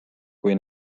kui